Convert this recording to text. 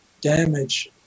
damage